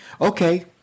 Okay